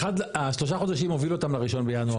השלושה חודשים מוביל אותם ל-1 בינואר.